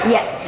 Yes